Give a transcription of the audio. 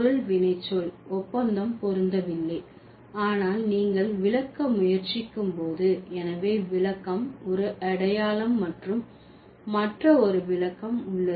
பொருள் வினைச்சொல் ஒப்பந்தம் பொருந்தவில்லை ஆனால் நீங்கள் விளக்க முயற்சிக்கும் போது எனவே விளக்கம் ஒரு அடையாளம் மற்றும் மற்ற ஒரு விளக்கம் உள்ளது